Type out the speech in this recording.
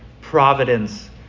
providence